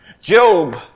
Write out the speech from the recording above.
Job